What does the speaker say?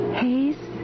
haze